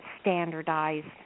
standardized